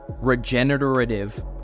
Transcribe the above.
regenerative